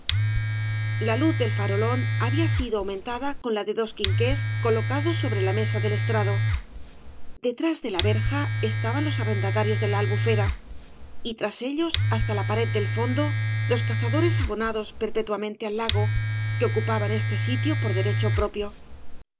la iuz del farolón había sido aumentada con la de dos quinqués colocados sobre la mesa del estrado detrás de la verja estaban los arrendatarios de la albufera y tras ellos hasta la pared del fondo los cazadores abonados perpetuamente v blasco ibáñbz al lago que ocupaban este eitio por derecho propió